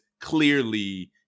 clearly